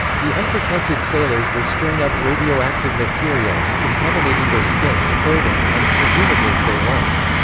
the unprotected sailors were stirring up radioactive material and contaminating their skin, clothing, and, presumably, their lungs.